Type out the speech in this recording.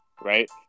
right